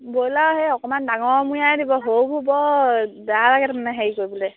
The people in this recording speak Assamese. ব্ৰইলাৰ সেই অকণমান ডাঙৰমূৰীয়াই দিব সৰুবোৰ বৰ বেয়া লাগে তাৰমানে হেৰি কৰিবলৈ